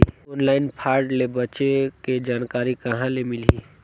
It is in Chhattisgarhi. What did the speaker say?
ऑनलाइन फ्राड ले बचे के जानकारी कहां ले मिलही?